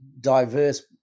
diverse